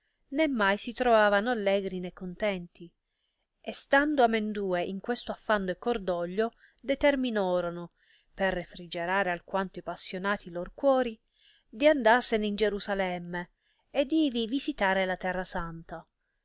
né mai si trovavano allegri né contenti e stando amendue in questo affanno e cordoglio determinorono per refrigerare alquanto i passionati lor cuori di andarsene in gerusalemme ed ivi visitare la terra santa